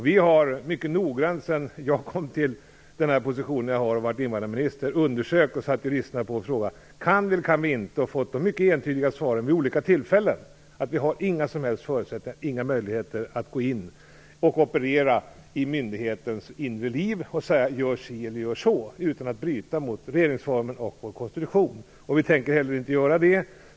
Vi har under den tid som gått sedan jag blev invandrarminister mycket noggrant låtit juristerna undersöka saken, och vi har vid olika tillfällen fått mycket entydiga svar, nämligen att vi inte har några som helst förutsättningar att gå in och operera i myndighetens inre liv och säga åt myndigheten att göra si eller så utan att därmed också bryta mot regeringsformen och vår konstitution. Vi tänker heller inte göra det.